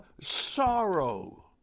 sorrow